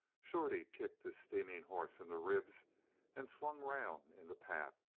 shorty kicked his steaming horse in the ribs and swung round in the path,